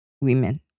women